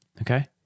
Okay